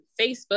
Facebook